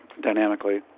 dynamically